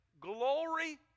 Glory